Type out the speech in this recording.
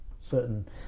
certain